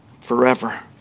forever